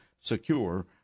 secure